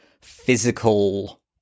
physical